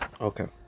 Okay